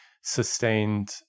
sustained